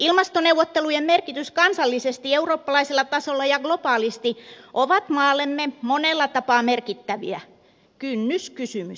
ilmastoneuvottelujen merkitys kansallisesti eurooppalaisella tasolla ja globaalisti on maallemme monella tapaa suuri kynnyskysymys